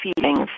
feelings